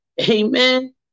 Amen